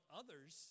others